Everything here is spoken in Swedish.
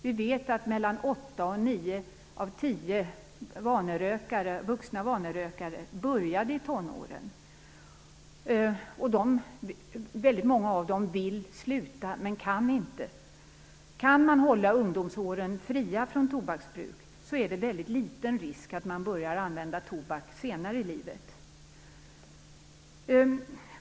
Vi vet att mellan åtta och nio av tio vuxna vanerökare började i tonåren. Väldigt många av dem vill sluta, men kan inte. Kan man hålla ungdomsåren fria från tobaksbruk är risken att man börjar använda tobak senare i livet väldigt liten.